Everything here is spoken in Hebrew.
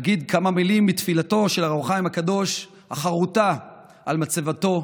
אגיד כמה מילים מתפילתו של אור החיים הקדוש החרותה על מצבתו,